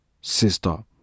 sister